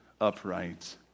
upright